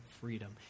freedom